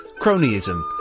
cronyism